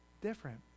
different